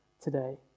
today